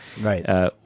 right